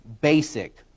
basic